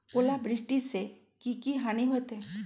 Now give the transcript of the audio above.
ओलावृष्टि से की की हानि होतै?